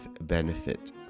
benefit